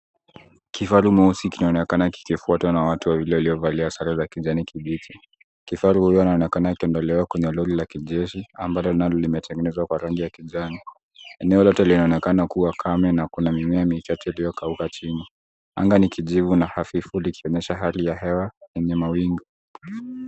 Kifaru mweusi kinaonekana kikifwatwa na watu wawili waliovalia sare za kijani kibichi. Kifaru huyu anaonekana akiinuliwa kwenye lori la kijeshi ambalo linalo limetengenezwa kwa rangi ya kijani. Eneo lote linaonekana kuwa kame na kuna mimea michache iliyokauka chini. Anga ni kijivu hafifu likionyesha hali ya hewa yenye mawingu.